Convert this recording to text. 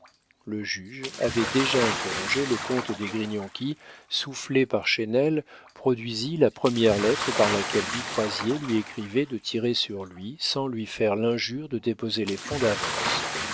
le juge avait déjà interrogé le comte d'esgrignon qui soufflé par chesnel produisit la première lettre par laquelle du croisier lui écrivait de tirer sur lui sans lui faire l'injure de déposer les fonds d'avance